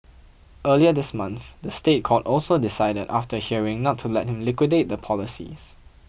earlier this month the State Court also decided after a hearing not to let him liquidate the policies